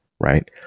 right